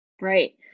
Right